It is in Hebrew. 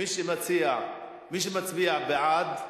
מי שמצביע בעד,